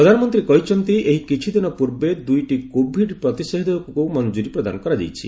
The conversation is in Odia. ପ୍ରଧାନମନ୍ତ୍ରୀ କହିଛନ୍ତି ଏଇ କିଛିଦିନ ପୂର୍ବେ ଦୁଇଟି କୋଭିଡ୍ ପ୍ରତିଷେଧକକୁ ମଞ୍ଜୁରି ପ୍ରଦାନ କରାଯାଇଛି